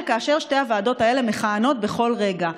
כאשר שתי הוועדות האלה מכהנות בכל רגע.